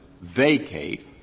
vacate